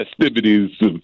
festivities